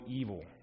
evil